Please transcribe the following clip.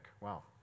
Wow